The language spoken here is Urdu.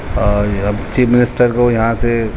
اور اب چیف منسٹر کو یہاں سے